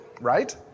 right